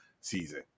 season